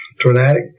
Tornadic